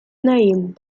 name